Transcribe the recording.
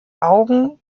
augen